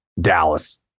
Dallas